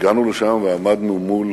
הגענו לשם, עמדנו מול